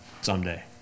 someday